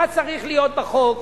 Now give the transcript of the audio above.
מה צריך להיות בחוק,